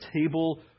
table